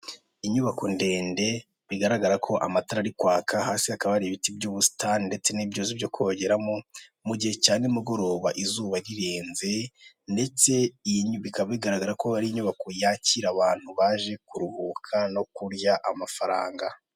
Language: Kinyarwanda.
Inyubako ndende bigaragara ko amatara ari kwaka, hasi hakaba hari ibiti by'ubusitani ndetse n'ibyuzi byo kogeramo mu gihe cya nimugoroba izuba rirenze, ndetse bikaba bigaragara ko ari inyubako yakira abantu baje kuruhuka no kurya amafaranga.